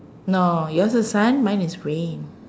no yours is sun mine is rain